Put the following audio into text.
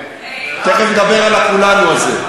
תכף נדבר על ה"כולנו" הזה.